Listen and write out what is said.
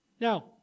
Now